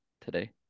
today